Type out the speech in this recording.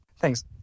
Thanks